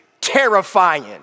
terrifying